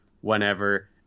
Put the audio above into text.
whenever